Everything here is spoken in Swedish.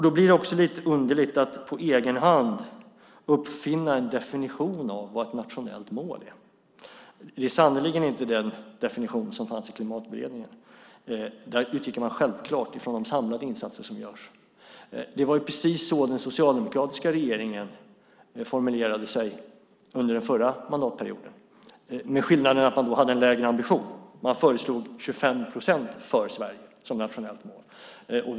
Då blir det också lite underligt att på egen hand uppfinna en definition av vad ett nationellt mål är. Det är sannerligen inte den definition som fanns i Klimatberedningen. Där utgick man självklart från de samlade insatser som görs. Det var precis så den socialdemokratiska regeringen förra mandatperioden formulerade det - med den skillnaden att ambitionen då var lägre. Man föreslog 25 procent för Sverige som nationellt mål.